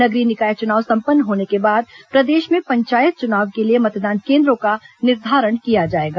नगरीय निकाय चुनाव संपन्न होने के बाद प्रदेश में पंचायत चुनाव के लिए मतदान केन्द्रों का निर्धारण किया जाएगा